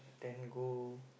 then go